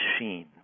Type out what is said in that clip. machine